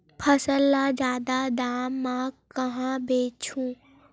फसल ल जादा दाम म कहां बेचहु?